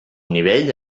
nivell